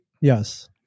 Yes